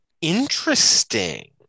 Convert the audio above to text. interesting